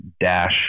dash